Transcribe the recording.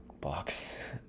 box